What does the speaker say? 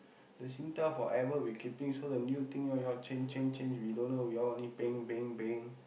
the Singtel forever we keeping so the new thing you you all change change change we don't know we only paying paying paying